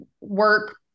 work